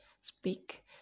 speak